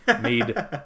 made